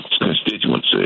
constituency